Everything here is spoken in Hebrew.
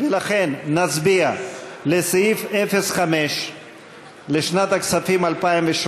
לכן, נצביע על סעיף 05 לשנת הכספים 2017,